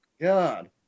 God